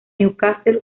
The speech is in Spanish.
newcastle